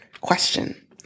question